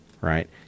right